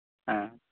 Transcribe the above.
ᱦᱮᱸ